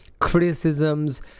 criticisms